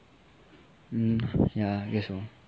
mm ya I guess so